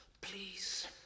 Please